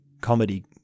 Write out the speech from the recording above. comedy